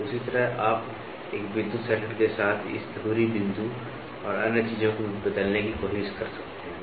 तो उसी तरह आप एक विद्युत सर्किट के साथ इस धुरी बिंदु और अन्य चीजों को बदलने की कोशिश कर सकते हैं